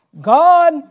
God